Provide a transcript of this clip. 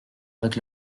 avec